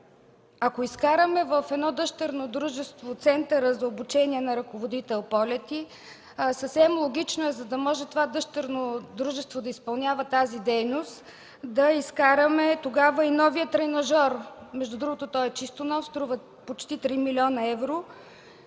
ако изкараме в едно дъщерно дружество Центъра за обучение на ръководител полети, съвсем логично е, за да може това дъщерно дружество да изпълнява тази дейност да изкараме тогава и новия тренажор. Между другото, той е чисто нов, струва почти 3 млн. евро